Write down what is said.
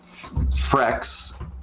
frex